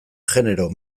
genero